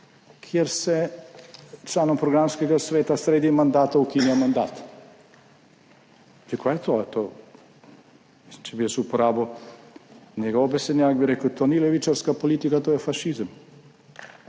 kjer se članom Programskega sveta sredi mandata ukinja mandat. Kaj je to? Če bi jaz uporabil njegov besednjak, bi rekel, to ni levičarska politika, to je fašizem.